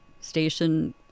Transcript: station